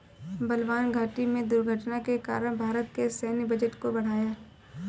बलवान घाटी में दुर्घटना के कारण भारत के सैन्य बजट को बढ़ाया